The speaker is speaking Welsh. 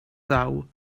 thaw